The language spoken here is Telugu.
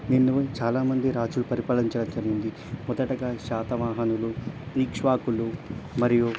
దీన్ని చాలామంది రాజులు పరిపాలించడం జరిగింది మొదటగా శాతవాహనులు ఇక్ష్వాకులు మరియు